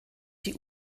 die